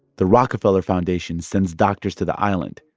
the rockefeller foundation sends doctors to the island,